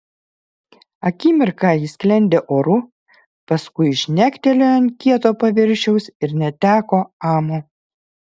akimirką ji sklendė oru paskui žnektelėjo ant kieto paviršiaus ir neteko amo